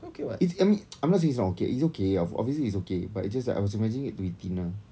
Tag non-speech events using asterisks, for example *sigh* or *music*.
if you tell me *noise* I'm not saying it's not okay it's okay obviously it's okay but I was imagining it to be thinner